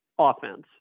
offense